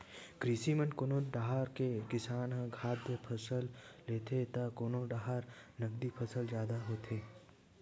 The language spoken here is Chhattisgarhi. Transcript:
कृषि म कोनो डाहर के किसान ह खाद्यान फसल लेथे त कोनो डाहर नगदी फसल जादा होथे